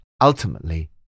ultimately